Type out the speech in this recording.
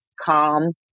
calm